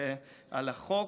על החוק,